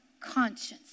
conscience